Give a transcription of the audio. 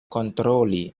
kontroli